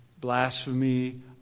blasphemy